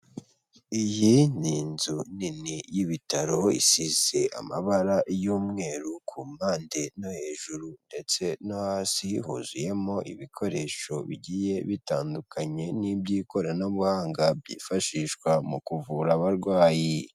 Iyi ni inzu nini y'ibitaro isize amabara y'umweru ku mpande no hejuru, ndetse no hasi huzuyemo ibikoresho bigiye bitandukanye n'iby'ikoranabuhanga byifashishwa mu kuvura abarwayi.